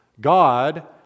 God